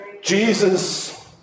Jesus